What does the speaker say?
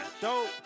dope